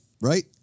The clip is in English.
Right